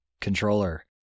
controller